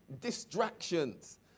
distractions